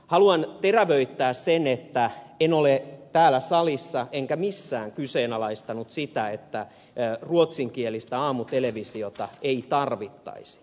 haluan terävöittää sitä että en ole täällä salissa enkä missään kyseenalaistanut ruotsinkielistä aamutelevisiota sanonut että sitä ei tarvittaisi